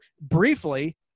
briefly